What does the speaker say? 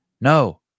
No